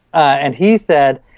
and he said,